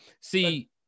see